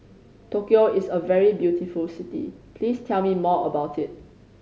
Tokyo is a very beautiful city please tell me more about it